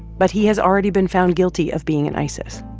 but he has already been found guilty of being in isis,